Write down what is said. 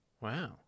Wow